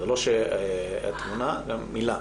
זה לא שהייתה תמונה, גם מילה.